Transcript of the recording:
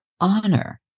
honor